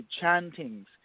chantings